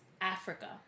Africa